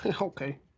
Okay